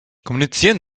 kommunizieren